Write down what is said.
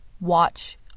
watch